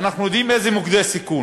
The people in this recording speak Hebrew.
ואנחנו יודעים איזה מוקדי סיכון.